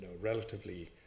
relatively